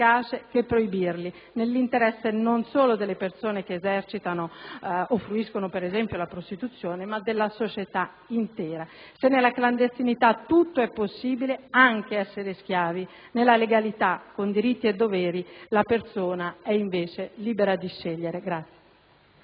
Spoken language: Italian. che proibirli, nell'interesse non solo delle persone che esercitano la prostituzione o ne fruiscono, ma della società intera. Se nella clandestinità tutto è possibile, anche essere schiavi, nella legalità, con diritti e doveri, la persona è invece libera di scegliere.